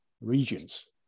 regions